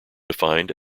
defined